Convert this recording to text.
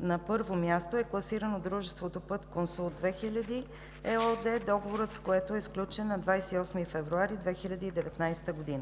на първо място е класирано дружеството „Пътконсулт 2000“ ЕООД, договорът с което е сключен на 28 февруари 2019 г.